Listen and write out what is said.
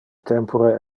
tempore